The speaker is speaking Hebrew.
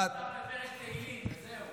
אני מציע שתפתח בפרק תהילים וזהו.